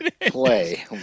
play